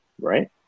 right